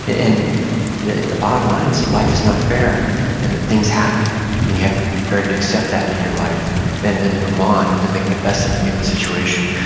the the bottom line is that life is not fair and that things happen and you have to be prepared to accept that in your life and then to move on and to make the best of a given situation,